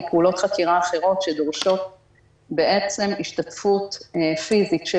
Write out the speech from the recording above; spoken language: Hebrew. או פעולות חקירה אחירות שדורשות השתתפות פיזית של